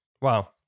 Wow